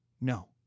No